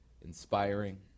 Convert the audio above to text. inspiring